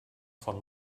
von